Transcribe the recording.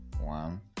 one